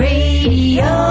Radio